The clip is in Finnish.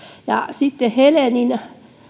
helenistä